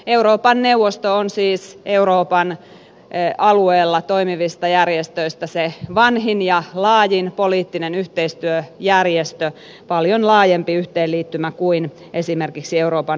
euroopan neuvosto on siis euroopan alueella toimivista järjestöistä se vanhin ja laajin poliittinen yhteistyöjärjestö paljon laajempi yhteenliittymä kuin esimerkiksi euroopan unioni